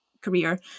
career